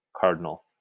Cardinal